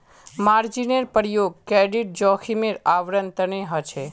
मार्जिनेर प्रयोग क्रेडिट जोखिमेर आवरण तने ह छे